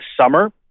summer